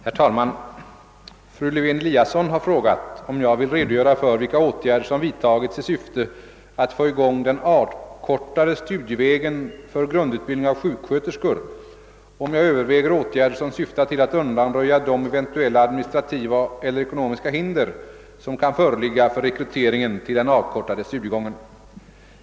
Herr talman! Fru Lewén-Eliasson har frågat om jag vill redogöra för vilka åtgärder som vidtagits i syfte att få i gång den avkortade studievägen för grundutbildning av sjuksköterskor och om jag överväger åtgärder som syftar till att undanröja de eventuella administrativa eller ekonomiska hinder som kan föreligga för rekryteringen till den avkortade studiegången.